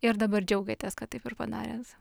ir dabar džiaugiatės kad taip ir padaręs